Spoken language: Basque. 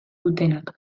dutenak